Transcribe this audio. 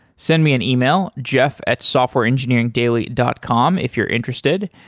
send me an email, jeff at softwareengineeringdaily dot com if you're interested.